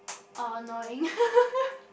annoying